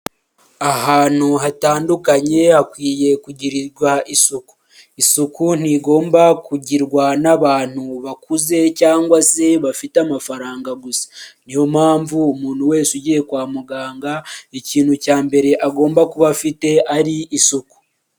Ahantu hatandukanye hakwiye kugirirwa isuku, isuku ntigomba kugirwa n'abantu bakuze cyangwa se bafite amafaranga gusa, niyo mpamvu umuntu wese ugiye kwa muganga, ikintu cya mbere agomba kuba afite ari isuku.